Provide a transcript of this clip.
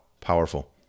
powerful